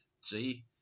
See